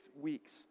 weeks